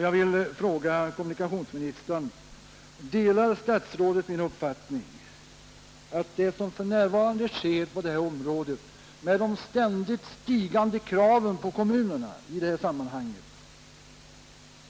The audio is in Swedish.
Jag vill fråga kommunikationsministern: Delar statsrådet min uppfattning att det som för närvarande sker på detta område, med de ständigt stigande krav som ställs på kommunerna i detta sammanhang,